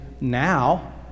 now